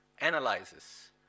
analyzes